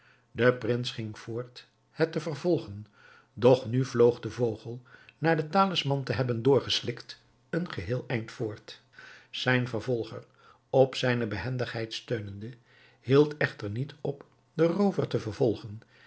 de prins ging voort het te vervolgen doch nu vloog de vogel na den talisman te hebben doorgeslikt een geheel eind voort zijn vervolger op zijne behendigheid steunende hield echter niet op den roover te vervolgen